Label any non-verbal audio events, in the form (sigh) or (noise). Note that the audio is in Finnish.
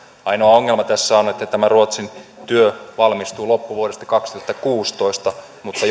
ainoa ongelma tässä on että tämä ruotsin työ valmistuu loppuvuodesta kaksituhattakuusitoista mutta (unintelligible)